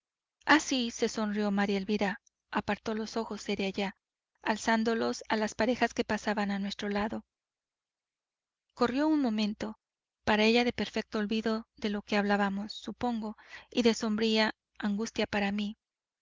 sí se sonrió maría elvira apartó los ojos seria ya alzándolos a las parejas que pasaban a nuestro lado corrió un momento para ella de perfecto olvido de lo que hablábamos supongo y de sombría angustia para mí